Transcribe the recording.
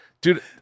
dude